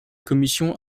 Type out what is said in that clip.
commission